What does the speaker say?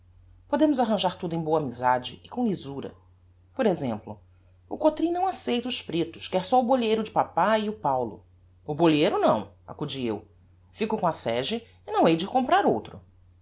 podemos arranjar tudo em boa amizade e com lisura por exemplo o cotrim não aceita os pretos quer só o boleeiro de papae e o paulo o boleeiro não acudi eu fico com a sege e não hei de ir comprar outro